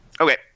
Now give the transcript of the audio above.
Okay